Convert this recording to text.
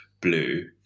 blue